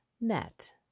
net